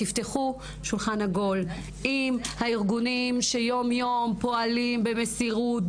תפתחו שולחן עגול עם הארגונים שיומיום פועלים במסירות,